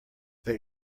they